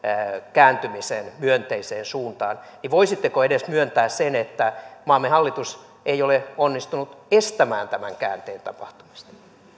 kääntymiseen myönteiseen suuntaan niin voisitteko edes myöntää sen että maamme hallitus ei ole onnistunut estämään tämän käänteen tapahtumista